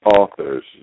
authors